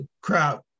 Crowd